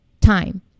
time